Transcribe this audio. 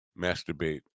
masturbate